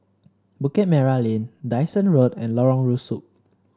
Bukit Merah Lane Dyson Road and Lorong Rusuk